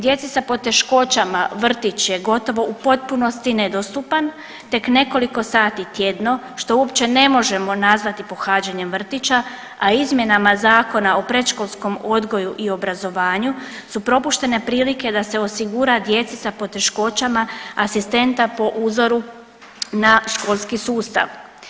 Djeci sa poteškoćama vrtić je gotovo u potpunosti nedostupan, tek nekoliko sati tjedno što uopće ne možemo nazvati pohađanjem vrtića, a izmjenama Zakona o predškolskom odgoju i obrazovanju su propuštene prilike da se osigura djeci sa poteškoćama asistenta po uzoru na školski sustav.